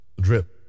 Drip